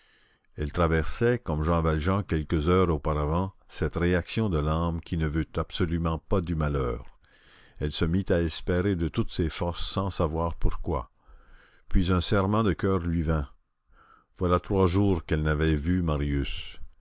elle traversait comme jean valjean quelques heures auparavant cette réaction de l'âme qui ne veut absolument pas du malheur elle se mit à espérer de toutes ses forces sans savoir pourquoi puis un serrement de coeur lui vint voilà trois jours qu'elle n'avait vu marius